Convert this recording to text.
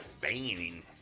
banging